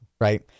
right